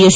S